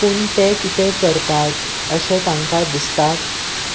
पूण ते कितें करतात अशें तांकां दिसतात